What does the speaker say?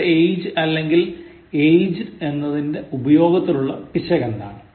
ഇവിടെ age അല്ലെങ്ങിൽ aged എന്നതിന്റെ ഉപയോഗത്തിലുള്ള പിശകെന്താണ്